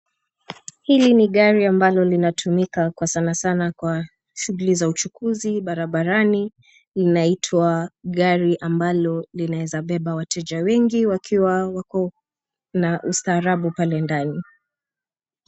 Hili ni gari ambalo linatumika kwa sana sana kwa shughuli za uchukuzi, barabarani, linaitwa gari ambalo linaweza beba wateja wengi wakiwa wako na ustaarabu pale ndani.